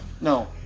No